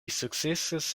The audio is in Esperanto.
sukcesis